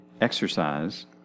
exercise